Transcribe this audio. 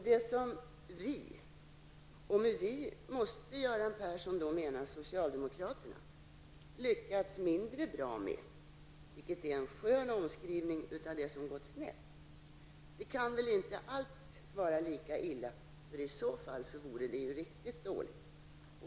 Det som ''vi'' -- och med ''vi'' måste Göran Persson mena socialdemokraterna -- lyckats mindre bra med -- en skön omskrivning för att det har gått snett -- kan väl inte allt vara lika illa. I så fall vore det ju riktigt dåligt.